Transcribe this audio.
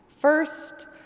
First